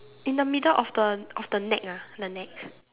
in the middle of the of the neck ah the neck